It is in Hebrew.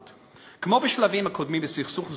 לסדר-היום: כמו בשלבים הקודמים בסכסוך זה,